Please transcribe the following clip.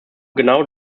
genau